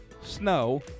Snow